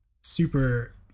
super